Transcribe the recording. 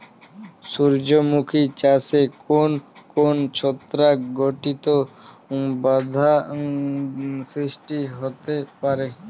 সূর্যমুখী চাষে কোন কোন ছত্রাক ঘটিত বাধা সৃষ্টি হতে পারে?